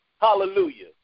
hallelujah